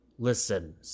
Listen